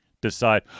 decide